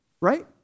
right